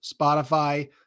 Spotify